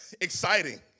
exciting